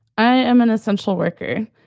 i am an essential worker.